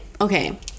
Okay